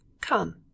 Come